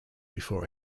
before